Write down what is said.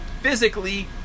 physically